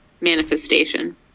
manifestation